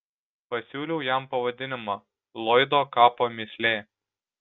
pasiūliau jam pavadinimą lloydo kapo mįslė